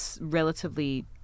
relatively